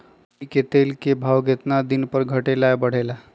तोरी के तेल के भाव केतना दिन पर घटे ला बढ़े ला?